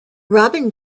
robin